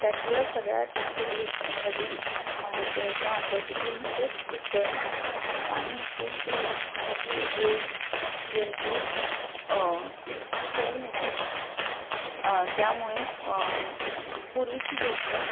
त्यातलं सगळ्यात पहिली मला जी माहिती आहे किंवा आठवते ती म्हणजे उकळणे पाणी उकळून पिलं की त्यातली रोग जंतू कमी होतात त्यामुळे पूर्वीची लोकं